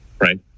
right